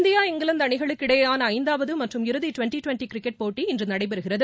India England அணிகளுக்கு இடையேயான ஐந்தாவது மற்றும் இறுதி டுவெண்டி டுவெண்டி கிரிக்கெட் போட்டி இன்று நடைபெறுகிறது